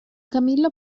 camillo